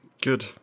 Good